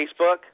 Facebook